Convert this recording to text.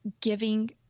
giving